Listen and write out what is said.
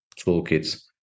toolkits